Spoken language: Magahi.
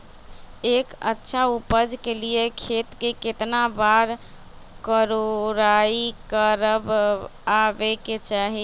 एक अच्छा उपज के लिए खेत के केतना बार कओराई करबआबे के चाहि?